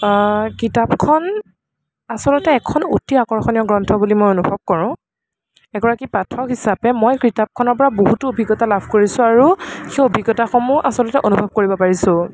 কিতাপখন আচলতে এখন অতি আকৰ্ষণীয় গ্ৰন্থ বুলি মই অনুভৱ কৰোঁ এগৰাকী পাঠক হিচাপে মই কিতাপখনৰপৰা বহুতো অভিজ্ঞতা লাভ কৰিছোঁ আৰু সেই অভিজ্ঞতাসমূহ আচলতে অনুভৱ কৰিব পাৰিছোঁ